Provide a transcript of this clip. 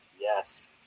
yes